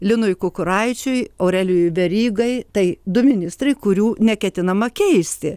linui kukuraičiui aurelijui verygai tai du ministrai kurių neketinama keisti